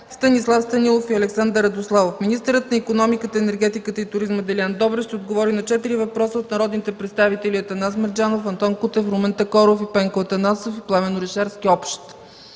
Станислав Станилов и Александър Радославов. Министърът икономиката, енергетиката и туризма Делян Добрев ще отговори на четири въпроса от народните представители Атанас Мерджанов, Антон Кутев, Румен Такоров, и Пенко Атанасов и Пламен Орешарски – общ.